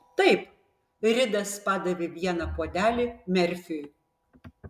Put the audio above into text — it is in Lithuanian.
taip ridas padavė vieną puodelį merfiui